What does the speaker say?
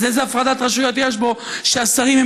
אז איזו הפרדת רשויות יש פה כשהשרים הם